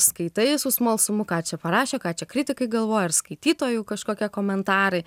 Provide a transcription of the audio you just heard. skaitai su smalsumu ką čia parašė ką čia kritikai galvoja ir skaitytojų kažkokie komentarai